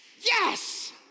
Yes